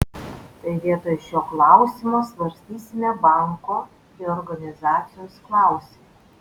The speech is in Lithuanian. tai vietoj šio klausimo svarstysime banko reorganizacijos klausimą